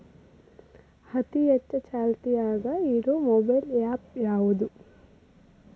ಅತಿ ಹೆಚ್ಚ ಚಾಲ್ತಿಯಾಗ ಇರು ಮೊಬೈಲ್ ಆ್ಯಪ್ ಯಾವುದು?